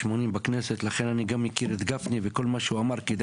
גם מעט סופרים היו מבצעים משלוחים.